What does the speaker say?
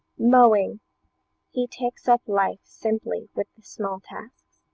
mowing he takes up life simply with the small tasks.